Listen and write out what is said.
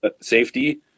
safety